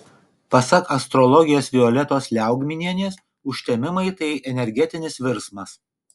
pasak astrologės violetos liaugminienės užtemimai tai energetinis virsmas